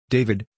David